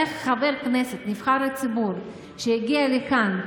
איך חבר כנסת, נבחר ציבור, שהגיע לכאן,